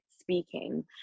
speaking